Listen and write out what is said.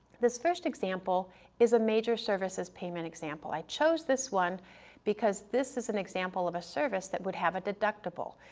this first example is a major services payment example, i chose this one because this is an example of a service that would have a deductible,